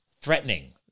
threatening